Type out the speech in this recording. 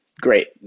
Great